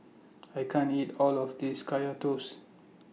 I can't eat All of This Kaya Toast